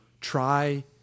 try